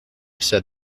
said